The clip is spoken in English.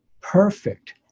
perfect